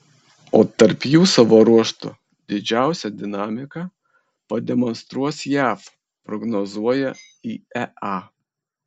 o tarp jų savo ruožtu didžiausią dinamiką pademonstruos jav prognozuoja iea